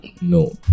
no